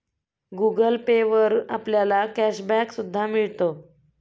Google pay वर आपल्याला cash back सुद्धा मिळतो